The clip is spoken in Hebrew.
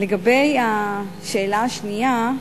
לגבי השאלה השנייה,